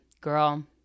girl